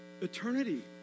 Eternity